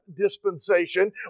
dispensation